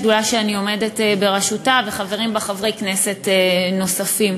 שדולה שאני עומדת בראשה וחברים בה חברי כנסת נוספים.